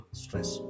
stress